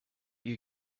you